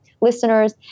listeners